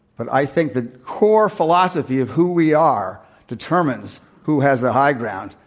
but i think the core philosophy of who we are determines who has the high ground.